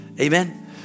Amen